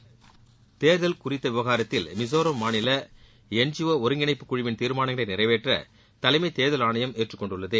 மிசோராம் கேர்தல் ஆணையம் தேர்தல் குறித்த விவகாரத்தில் மிசோராம் மாநில் என் ஜி ஓ ஒருங்கிணைப்பு குழுவின் தீர்மானங்களை நிறைவேற்ற தலைமை தேர்தல் ஆணையம் ஏற்றுக்கொண்டுள்ளது